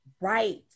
Right